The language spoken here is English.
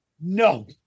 No